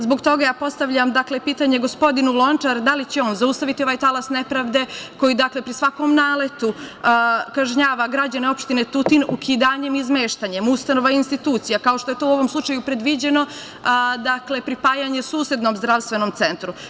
Zbog toga ja postavljam pitanje gospodinu Lončaru da li će on zaustaviti ovaj talas nepravde koji, dakle, pri svakom naletu kažnjava građane opštine Tutin ukidanjem i izmeštanjem ustanova i institucija, kao što je to u ovom slučaju predviđeno pripajanje susednom zdravstvenom centru?